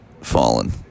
fallen